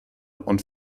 und